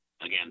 again